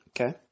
Okay